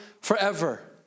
forever